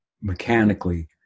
mechanically